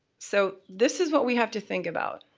so this is what we have to think about.